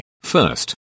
First